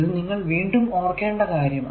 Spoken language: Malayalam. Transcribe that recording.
ഇത് നിങ്ങൾ വീണ്ടും ഓർക്കേണ്ട കാര്യമാണ്